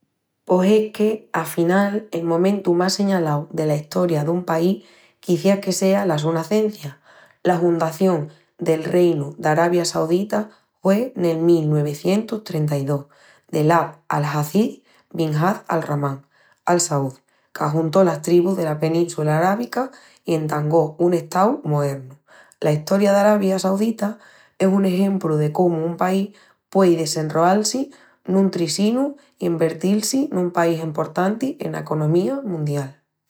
Pos es que... afinal el momentu más señalau dela Estoria dun país quiciás que sea la su nacencia. La hundación del Reinu d'Arabia Saudita hue nel mil nuevicientus-trenta-i-dos, del Abd al-Aziz bin Abd al-Rahman Al Saud, qu'ajuntó las tribus dela península arábica i entangó un Estáu moernu. La Estoria d'Arabia Saudita es un exempru de comu un país puei desenroal-si nun trisinu i envertil-si nun país emportanti ena economía mundial.